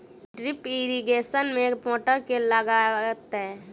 Drip irrigation मे motor केँ लागतै?